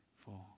four